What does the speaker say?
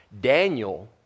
Daniel